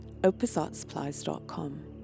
opusartsupplies.com